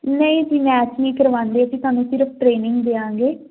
ਨਹੀਂ ਜੀ ਮੈਥ ਨੀ ਕਰਵਾਉਂਦੇ ਅਸੀਂ ਤੁਹਾਨੂੰ ਸਿਰਫ ਟ੍ਰੇਨਿੰਗ ਦਿਆਂਗੇ